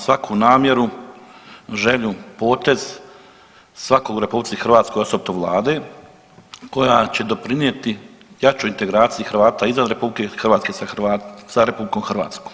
svaku namjeru, želju, potez svakog u RH, osobito vlade koja će doprinjeti jačoj integraciji Hrvata izvan RH sa RH.